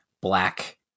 black